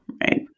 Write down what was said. right